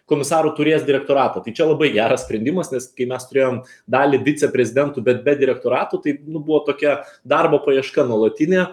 komisarų turės direktoratą tai čia labai geras sprendimas nes kai mes turėjom dalį viceprezidentų bet be direktoratų tai nu buvo tokia darbo paieška nuolatinė